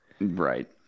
right